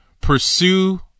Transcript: Pursue